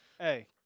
Hey